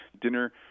dinner